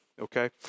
okay